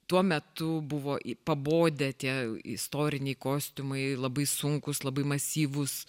tuo metu buvo pabodę tie istoriniai kostiumai labai sunkūs labai masyvūs